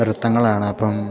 നൃത്തങ്ങളാണ് അപ്പം